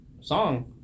song